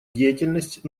деятельность